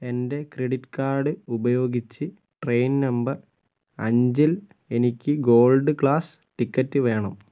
എന്റെ credit card ഉപയോഗിച്ച് train number അഞ്ചിൽ എനിക്ക് ഗോൾഡ് ക്ലാസ് ടിക്കറ്റ് വേണം